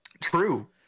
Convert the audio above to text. True